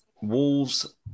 Wolves